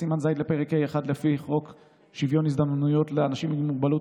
בסימן ז' לפרק ה'1 לחוק שוויון זכויות לאנשים עם מוגבלות,